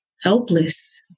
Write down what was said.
helpless